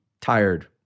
tired